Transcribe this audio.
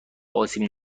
آسیب